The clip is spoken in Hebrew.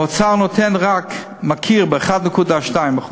האוצר מכיר רק ב-1.2%,